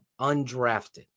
undrafted